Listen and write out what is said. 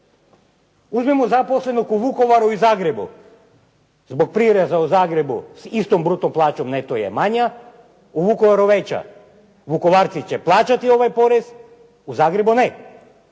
Uzmimo zaposlenog u Vukovaru i Zagrebu zbog prireza u Zagrebu s istom bruto plaćom neto je manja, u Vukovaru je veća. Vukovarci će plaćati ovaj porez, u Zagrebu ne